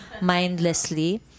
mindlessly